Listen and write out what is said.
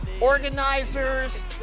organizers